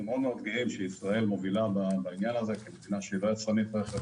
אנחנו מאוד גאים שישראל מובילה בעניין הזה כיוון שהיא לא יצרנית רכב.